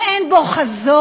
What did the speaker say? שאין בו חזון,